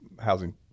housing